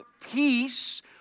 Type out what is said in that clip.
peace